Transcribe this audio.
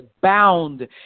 bound